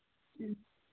ꯎꯝ